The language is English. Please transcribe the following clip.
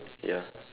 ya